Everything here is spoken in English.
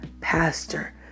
pastor